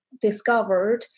discovered